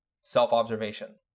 self-observation